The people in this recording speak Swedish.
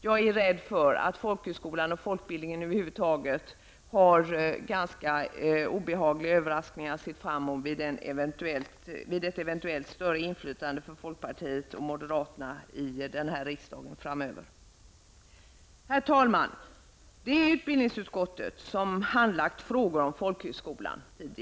Jag är rädd för att folkhögskolan och folkbildningen över huvud taget har ganska obehagliga överraskningar att se fram emot vid ett eventuellt större inflytande för folkpartiet och moderaterna i riksdagen framöver. Herr talman! Det är utbildningsutskottet som har handlagt frågor om folkhögskolan.